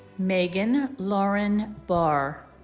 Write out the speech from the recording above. meghan lauren barr